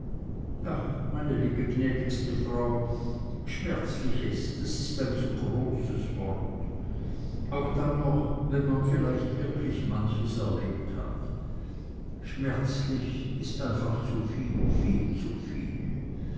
ach meine liebe gnädigste frau schmerzliches das ist ein zu großes wort auch dann noch wenn man vielleicht wirklich manches erlebt hat schmerzlich ist einfach zuviel viel zuviel